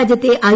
രാജ്യത്തെ ഐ